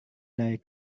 dari